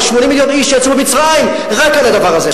יש 80 מיליון איש שיצאו במצרים רק על הדבר הזה,